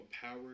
power